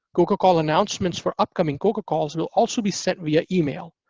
coca call announcements for upcoming coca calls will also be sent via email.